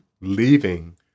leaving